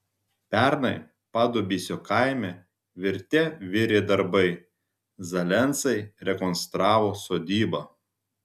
pernai padubysio kaime virte virė darbai zalensai rekonstravo sodybą